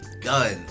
gun